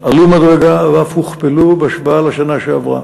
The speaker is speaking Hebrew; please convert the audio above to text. עלו מדרגה ואף הוכפלו בהשוואה לשנה שעברה.